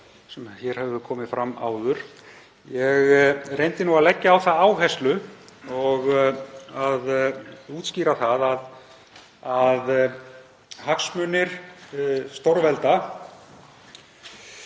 sem hér hafa komið fram áður. Ég reyndi að leggja á það áherslu og útskýra það að hagsmunir stórvelda